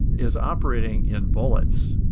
is operating in bullets.